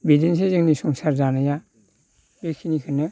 बिदिनोसै जोंनि संसार जानाया बेखिनिखौनो